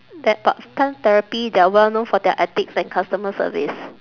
that but plant therapy they are well known for their ethics and customer service